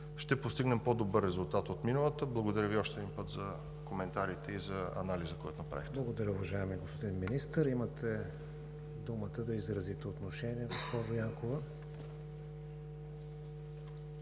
ще постигнем по-добър резултат от миналата. Благодаря Ви още един път за коментарите и за анализа, който направихте. ПРЕДСЕДАТЕЛ КРИСТИАН ВИГЕНИН: Благодаря, уважаеми господин Министър. Имате думата да изразите отношение, госпожо Янкова.